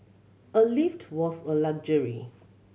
a lift was a luxury